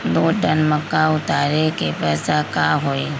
दो टन मक्का उतारे के पैसा का होई?